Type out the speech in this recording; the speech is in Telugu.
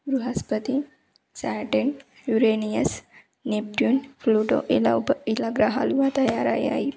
Brihaspati Saturn Uranus Neptune Pluto ఇలా ఉప ఇలా గ్రహాలుగా తయారయ్యాయి